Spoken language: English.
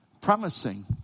promising